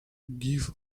give